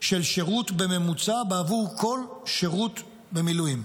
של שירות בממוצע בעבור כל שירות במילואים.